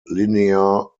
linear